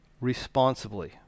responsibly